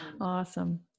Awesome